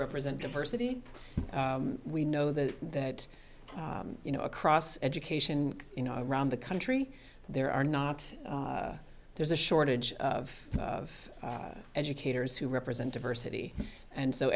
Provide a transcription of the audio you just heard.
represent diversity we know that that you know across education you know around the country there are not there's a shortage of of educators who represent diversity and so